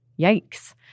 Yikes